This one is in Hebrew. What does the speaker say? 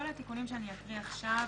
כל התיקונים שאני אקריא עכשיו,